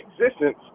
existence